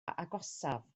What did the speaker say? agosaf